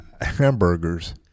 hamburgers